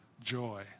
joy